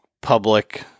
public